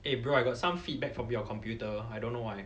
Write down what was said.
eh bro I got some feedback from your computer I don't know why